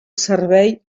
servei